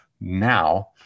Now